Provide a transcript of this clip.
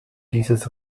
dieses